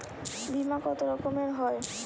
বিমা কত রকমের হয়?